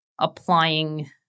applying